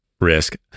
risk